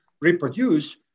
reproduce